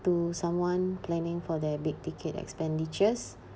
to someone planning for their big ticket expenditures